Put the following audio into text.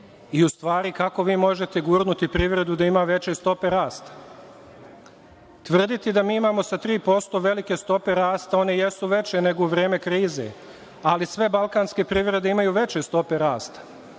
i u stvari kako vi možete gurnuti privredu da ima veće stope rasta? Tvrditi da mi imamo sa 3% velike stope rasta, one jesu veće nego u vreme krize, ali sve balkanske privrede imaju veće stope rasta.